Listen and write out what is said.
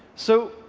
so,